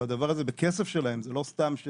בדבר הזה, בכסף שלהן, זה לא סתם.